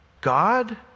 God